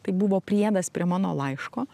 tai buvo priedas prie mano laiško